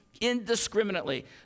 indiscriminately